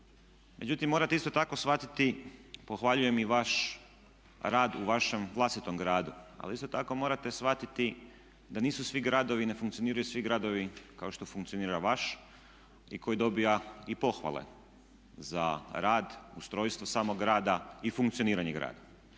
međutim morate isto tako shvatiti pohvaljujem i vaš rad u vašem vlastitom gradu, ali isto tako morate shvatiti da nisu svi gradovi i ne funkcioniraju svi gradovi kao što funkcionira vaš koji dobiva i pohvale za rad, ustrojstvo samog grada i funkcioniranje grada.